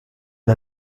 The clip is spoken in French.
est